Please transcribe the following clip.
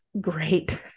great